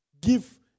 give